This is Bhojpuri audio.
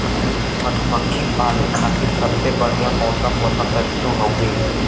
मधुमक्खी पाले खातिर सबसे बढ़िया मौसम वसंत ऋतु हउवे